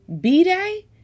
B-Day